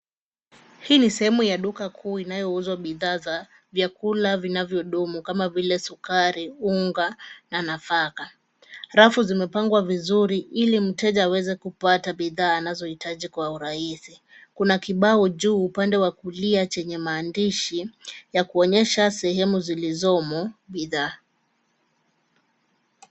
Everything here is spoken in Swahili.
Hii ni sehemu ya duka kuu inayouzwa bidhaa za vyakula vinavyodumu kama vile sukari, unga na nafaka. Rafu zimepangwa vizuri ili mteja aweze kupata bidhaa anazohitaji kwa urahisi. Kuna kibao juu upande wa kulia chenye maandishi ya kuonyesha sehemu zilzomo bidhaa.